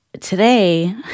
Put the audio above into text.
today